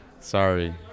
Sorry